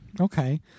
Okay